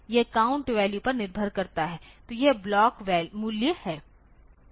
यह count value पर निर्भर करता है तो यह ब्लॉक मूल्य है